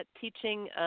teaching